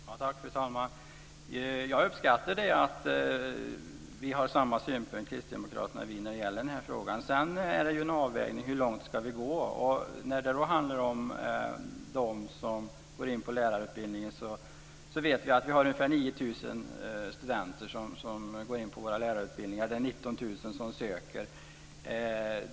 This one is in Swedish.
Fru talman! Jag uppskattar att kristdemokraterna och vi har samma synpunkt när det gäller den här frågan. Sedan är det en avvägning hur långt vi ska gå. Vi vet att ungefär 9 000 studenter går in på våra lärarutbildningar eller att det är 19 000 som söker.